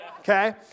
Okay